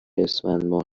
اسفندماه